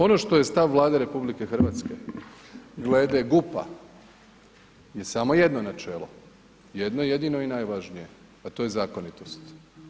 Ono što je stav Vlade RH glede GUP-a je samo jedno načelo, jedno jedino i najvažnije a to je zakonitost.